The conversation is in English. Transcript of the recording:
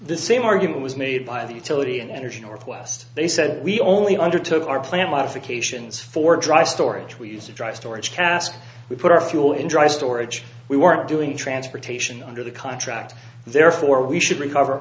the same argument was made by the utility in energy northwest they said we only undertook our plant modifications for dry storage we use a dry storage cast we put our fuel in dry storage we weren't doing transportation under the contract therefore we should recover